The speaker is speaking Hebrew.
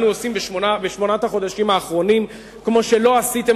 בשמונת החודשים האחרונים אנו עושים כמו שלא עשיתם